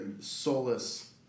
soulless